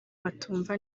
batumva